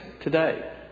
today